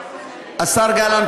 השר גלנט,